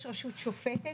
יש רשות שופטת,